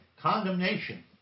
condemnation